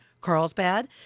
Carlsbad